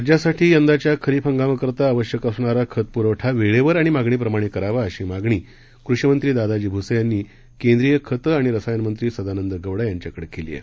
राज्यासाठी यंदाच्या खरीप हंगामासाठी आवश्यक असणारा खत पुरवठा वेळेवर आणि मागणीप्रमाणे करावा अशी मागणी कृषीमंत्री दादाजी भुसे यांनी केंद्रीय खतं आणि रसायन मंत्री सदानंद गौडा यांच्याकडे केली आहे